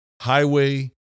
highway